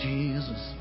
Jesus